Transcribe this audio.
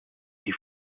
die